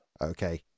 Okay